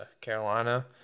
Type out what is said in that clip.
Carolina